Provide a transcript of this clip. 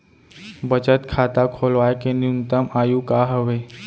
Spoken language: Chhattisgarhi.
बचत खाता खोलवाय के न्यूनतम आयु का हवे?